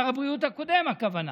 שר הבריאות הקודם, הכוונה.